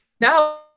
no